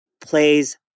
plays